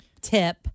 tip